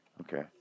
Okay